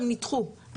הם נדחו.